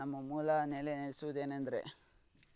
ನಮ್ಮ ಮೂಲ ನೆಲೆಸುವುದೇನೆಂದ್ರೆ